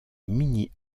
mini